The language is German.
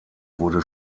wurde